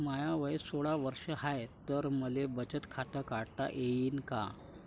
माय वय सोळा वर्ष हाय त मले बचत खात काढता येईन का?